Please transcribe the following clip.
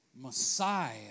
Messiah